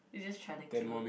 you just trying to kill